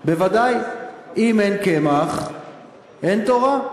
"בוודאי, אם אין קמח אין תורה".